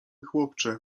chłopcze